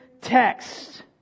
text